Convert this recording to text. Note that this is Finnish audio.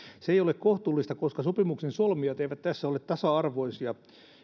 se ei ole kohtuullista koska sopimuksen solmijat eivät tässä ole tasa arvoisia